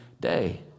day